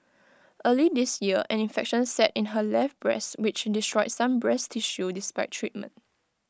early this year an infection set in her left breast which destroyed some breast tissue despite treatment